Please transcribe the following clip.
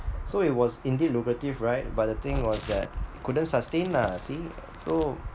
so it was indeed lucrative right but the thing was that couldn't sustain lah see so